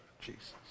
Jesus